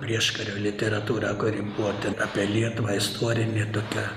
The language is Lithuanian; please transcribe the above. prieškario literatūra kuri buvo ten apie lietuvą istorinė tokia